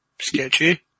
Sketchy